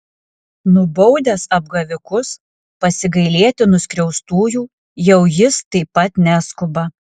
nubaudęs apgavikus pasigailėti nuskriaustųjų jau jis taip pat neskuba